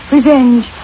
Revenge